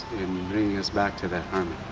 bringing us back to that army